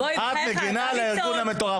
את מגנה על הארגון המטורף הזה.